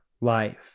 life